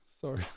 Sorry